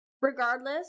Regardless